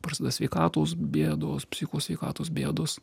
prasideda sveikatos bėdos psichikos sveikatos bėdos